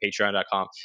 patreon.com